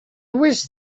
wish